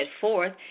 forth